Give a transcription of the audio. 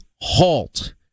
halt